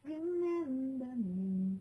remember me